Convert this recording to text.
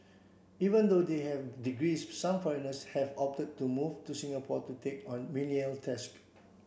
even though they have degrees some foreigners have opted to move to Singapore to take on menial task